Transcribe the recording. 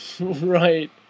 right